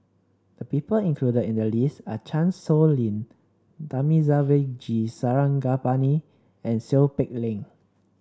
the people included in the list are Chan Sow Lin Thamizhavel G Sarangapani and Seow Peck Leng